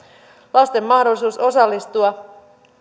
lasten mahdollisuus osallistua